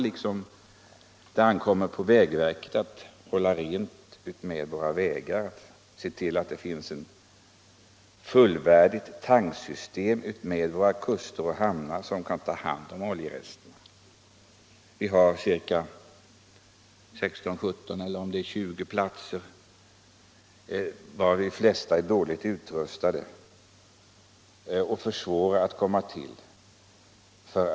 Liksom det ankommer på vägverket att hålla rent utmed våra vägar ankommer det på myndigheterna att se till att det i våra hamnar finns fullvärdiga tanksystem, som kan ta hand om oljeresterna. Det finns f. n. 16-20 sådana platser, varav de flesta är dåligt utrustade och svåra att komma till.